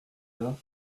heure